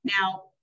Now